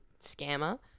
scammer